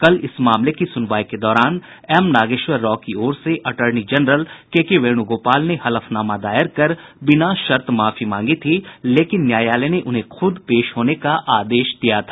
कल इस मामले की सुनवाई के दौरान एम नागेश्वर राव की ओर से अटर्नी जनरल केके वेणुगोपाल ने हलफनामा दायर कर बिना शर्त माफी मांगी थी लेकिन न्यायालय ने उन्हें खुद पेश होने का आदेश दिया था